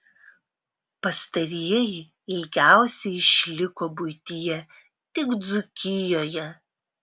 pastarieji ilgiausiai išliko buityje tik dzūkijoje